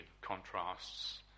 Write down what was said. contrasts